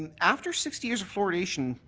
and after sixty years of fluoridation,